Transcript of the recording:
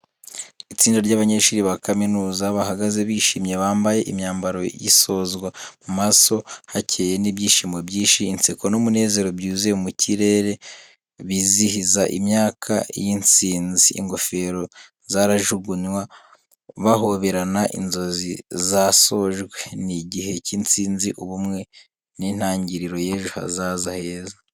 Itsinda ry'abanyeshuri ba kaminuza bahagaze bishimye bambaye imyambaro y’isozwa, mu maso hakeye n’ibyishimo byinshi. Inseko n’umunezero byuzuye mu kirere bizihiza imyaka y’intsinzi. Ingofero zirajugunywa, bahoberana, inzozi zasojwe. Ni igihe cy’intsinzi, ubumwe, n’intangiriro y’ejo hazaza heza.